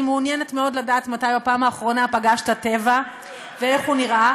אני מעוניינת מאוד לדעת מתי בפעם האחרונה פגשת טבע ואיך הוא נראה,